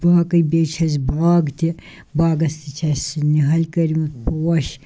باقٕے بیٚیہِ چھِ اَسہِ باغ تہِ باغَس تہِ چھِ اَسہِ نِہٲلۍ کٔرۍمٕتۍ پوش